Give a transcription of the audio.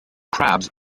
crabs